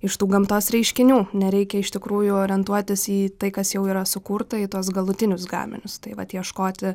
iš tų gamtos reiškinių nereikia iš tikrųjų orientuotis į tai kas jau yra sukurta į tuos galutinius gaminius tai vat ieškoti